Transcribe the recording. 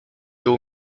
był